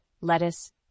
lettuce